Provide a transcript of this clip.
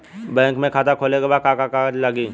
Bank में खाता खोले मे का का कागज लागी?